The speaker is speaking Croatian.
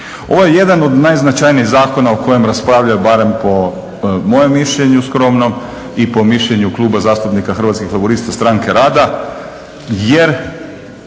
Ovo je jedan od najznačajnijih zakona o kojem raspravljaju barem po mom mišljenju skromnom i po mišljenju Kluba zastupnika Hrvatskih laburista-Stranke rada jer